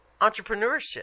entrepreneurship